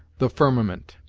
the firmament,